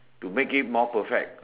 to make it more perfect